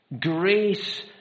grace